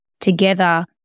together